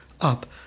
up